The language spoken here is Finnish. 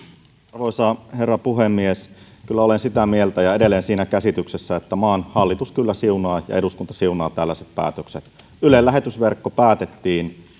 arvoisa herra puhemies kyllä olen sitä mieltä ja edelleen siinä käsityksessä että maan hallitus ja eduskunta kyllä siunaa tällaiset päätökset ylen lähetysverkko päätettiin